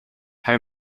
how